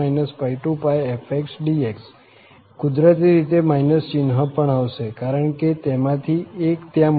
તેથી a0 πfxdx કુદરતી રીતે ચિહ્ન પણ આવશે કારણ કે તેમાંથી એક ત્યાં